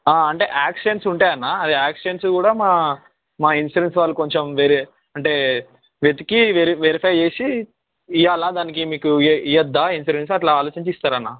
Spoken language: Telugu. అంటే యాక్సిడెంట్స్ ఉంటాయి అన్న అది యాక్సిడెంట్స్ కూడా మా మా ఇన్సూరెన్స్ వాళ్ళు కొంచం వేరే అంటే వెతికి వెరి వెరిఫై చేసి ఇవ్వాలి దానికి మీకు ఇయ ఇవవద్దా ఇన్సూరెన్స్ అట్లా ఆలోచించి ఇస్తారన్నా